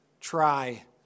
try